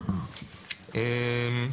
יבוא "האבידה,